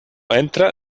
entra